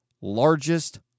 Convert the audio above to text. largest